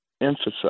emphasize